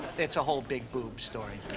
it's a whole big boob story.